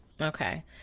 Okay